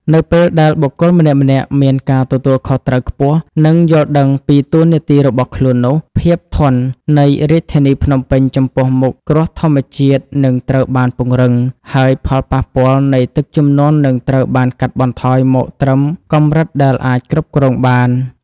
នៅពេលដែលបុគ្គលម្នាក់ៗមានការទទួលខុសត្រូវខ្ពស់ និងយល់ដឹងពីតួនាទីរបស់ខ្លួននោះ ភាពធន់នៃរាជធានីភ្នំពេញចំពោះមុខគ្រោះធម្មជាតិនឹងត្រូវបានពង្រឹង ហើយផលប៉ះពាល់នៃទឹកជំនន់នឹងត្រូវបានកាត់បន្ថយមកត្រឹមកម្រិតដែលអាចគ្រប់គ្រងបាន។